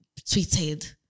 tweeted